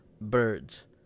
birds